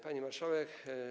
Pani Marszałek!